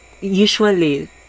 Usually